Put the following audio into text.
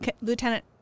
Lieutenant